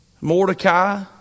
Mordecai